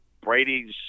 Brady's